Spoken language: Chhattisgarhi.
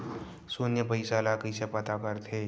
शून्य पईसा ला कइसे पता करथे?